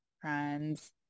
friends